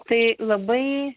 tai labai